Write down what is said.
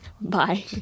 Bye